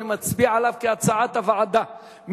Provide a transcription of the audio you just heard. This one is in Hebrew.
אני מצביע עליו כהצעת הוועדה.